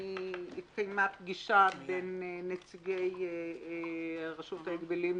אני מוכרחה לומר שהתקיימה פגישה בינינו לבין נציגי רשות ההגבלים,